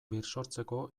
birsortzeko